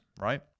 right